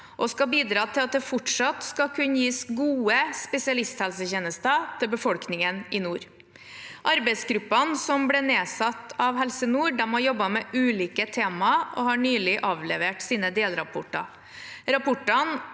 og skal bidra til at det fortsatt skal kunne gis gode spesialisthelsetjenester til befolkningen i nord. Arbeidsgruppene som ble nedsatt av Helse nord, har jobbet med ulike temaer og har nylig avlevert sine delrapporter.